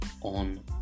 on